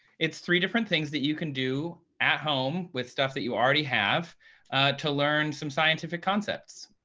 it's three different things that you can do at home with stuff that you already have to learn some scientific concepts,